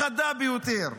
החדה ביותר: